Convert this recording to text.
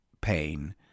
pain